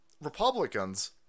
Republicans